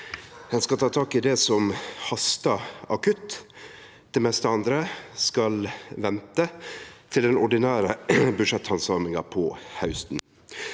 Det skal ta tak i det som hastar akutt. Det meste av det andre skal vente til den ordinære budsjetthandsaminga på hausten.